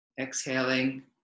Exhaling